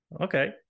Okay